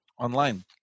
online